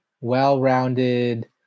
well-rounded